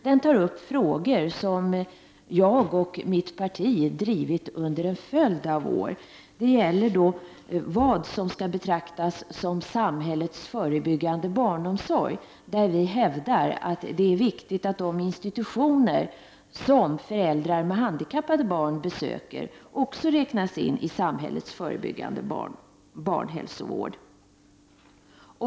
Den tar upp frågor som jag och mitt parti har drivit under en följd av år. Det gäller vad som skall betraktas som samhällets förebyggande barnomsorg. Vi hävdar att det är viktigt att de institutioner som föräldrar med handikappade barn besöker också räknas in i samhällets förebyggande barnhälsovård.